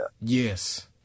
Yes